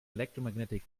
electromagnetic